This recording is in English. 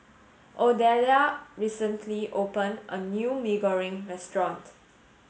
Odelia recently opened a new Mee Goreng restaurant